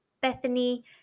Bethany